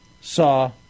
saw